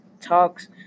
talks